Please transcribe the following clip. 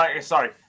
Sorry